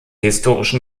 historischen